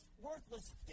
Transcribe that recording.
worthless